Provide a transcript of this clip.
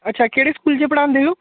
अच्छा केह्ड़े स्कूल च पढ़ादे ओ